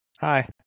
Hi